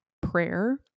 prayer